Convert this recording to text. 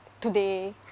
today